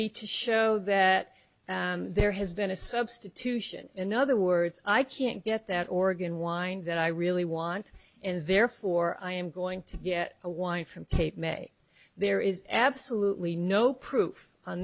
be to show that there has been a substitution in other words i can't get that organ wind that i really want and therefore i am going to get a wife from cape may there is absolutely no proof on